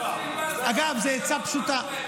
אגב, זאת עצה פשוטה.